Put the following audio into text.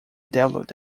developed